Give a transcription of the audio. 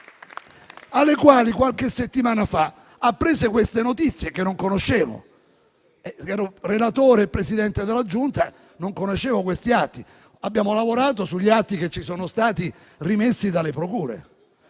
alle quali, qualche settimana fa, apprese queste notizie che non conoscevo (ero relatore e Presidente della Giunta e non conoscevo questi atti, abbiamo lavorato sugli atti che ci sono stati rimessi dalle procure)